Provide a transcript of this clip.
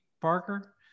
Parker